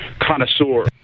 connoisseur